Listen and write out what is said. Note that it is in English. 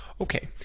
Okay